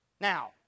Now